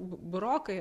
bu burokai